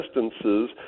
distances